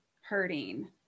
hurting